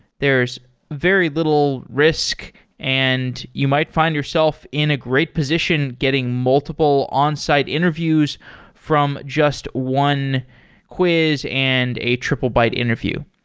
there's very little risk and you might find yourself in a great position getting multiple onsite interviews from just one quiz and a triplebyte interview.